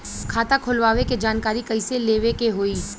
खाता खोलवावे के जानकारी कैसे लेवे के होई?